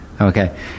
Okay